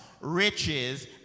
riches